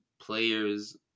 players